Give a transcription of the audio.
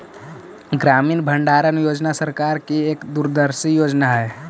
ग्रामीण भंडारण योजना सरकार की एक दूरदर्शी योजना हई